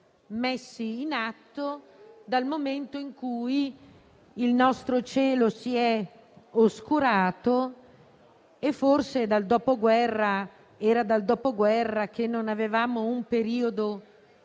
messi in atto dal momento in cui il nostro cielo si è oscurato. Forse era dal Dopoguerra che non avevamo un periodo